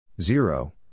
zero